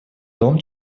том